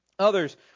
Others